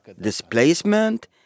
displacement